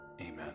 Amen